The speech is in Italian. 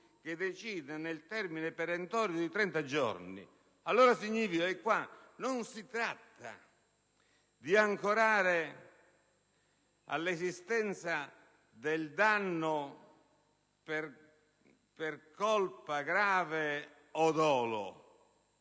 che decide nel termine perentorio di 30 giorni. Ciò significa che qui allora non si tratta di ancorare all'esistenza del danno per colpa grave o dolo